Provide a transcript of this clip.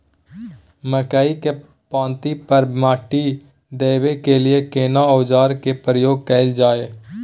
मकई के पाँति पर माटी देबै के लिए केना औजार के प्रयोग कैल जाय?